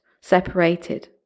separated